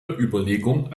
überlegung